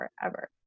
forever